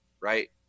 right